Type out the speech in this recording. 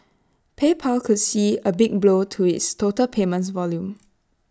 PayPal could see A big blow to its total payments volume